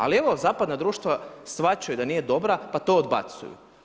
Ali evo zapadna društva shvaćaju da nije dobra, pa to odbacuju.